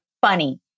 funny